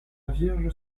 vierge